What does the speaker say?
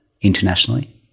internationally